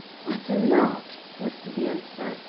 what a lark! was the answer.